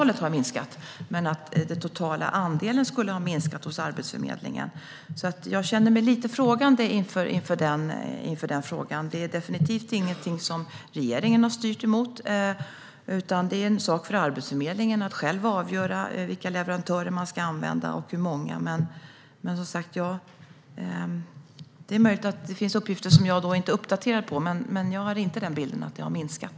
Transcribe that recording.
Antalet har minskat, men jag ser inte att den totala andelen skulle ha minskat hos Arbetsförmedlingen. Jag ställer mig lite frågande inför det. Det är definitivt ingenting som regeringen har styrt mot. Det är en sak för Arbetsförmedlingen att själv avgöra vilka leverantörer den ska använda och hur många. Det är möjligt att det finns uppgifter som jag inte är uppdaterad på. Men jag har inte den bilden att det har minskat.